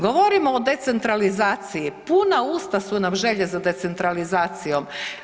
Govorimo o decentralizaciji, puna usta su nam želje za decentralizacijom.